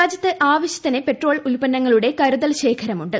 രാജ്യത്ത് ആവശ്യത്തിന് പെട്രോൾ ഉൽപ്പന്നങ്ങളുടെ കരുതൽശേഖരം ഉണ്ട്